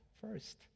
first